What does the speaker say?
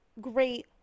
great